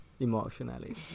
emotionally